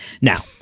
Now